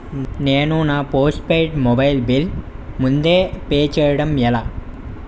నేను నా postpaid mobile bill ముందే పే చేయడం ఎలా?